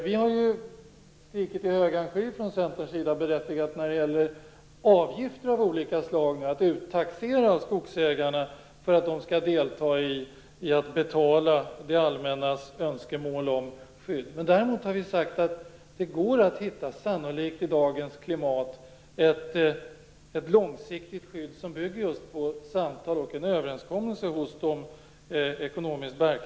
Vi i Centern har ju skrikit i högan sky när det gäller avgifter av olika slag för att uttaxera skogsägarna så att de skall delta i att betala det allmännas önskemål om skydd. Däremot har vi sagt att det i dagens klimat sannolikt går att hitta ett långsiktigt skydd som bygger just på samtal och överenskommelser med de ekonomiskt bärkraftiga.